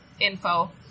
info